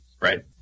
Right